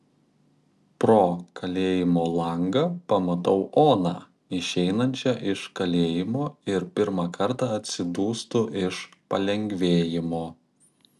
pro kalėjimo langą pamatau oną išeinančią iš kalėjimo ir pirmą kartą atsidūstu iš palengvėjimo